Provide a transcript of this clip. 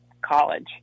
college